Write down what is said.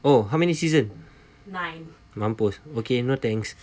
oh how many season mampus okay no thanks